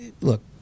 look